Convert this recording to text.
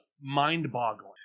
mind-boggling